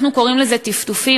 אנחנו קוראים לזה "טפטופים",